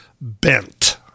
bent